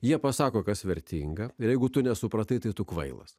jie pasako kas vertinga jeigu tu nesupratai tai tu kvailas